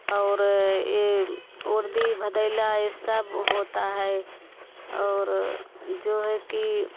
और ये उरदी भदैला ये सब होता है और जो है कि